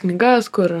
knygas kur